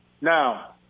Now